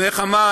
איך אמר?